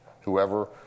whoever